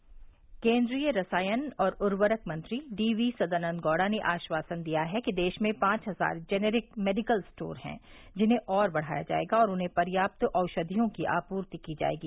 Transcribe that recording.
गौड़ा केंद्रीय रसायन और उर्वरक मंत्री डी वी सदानंद गौड़ा ने आश्वासन दिया है कि देश में पांच हजार जेनेरिक मेडिकल स्टोर हैं जिन्हें और बढ़ाया जाएगा और उन्हें पर्याप्त औषधियों की आपूर्ति की जाएगी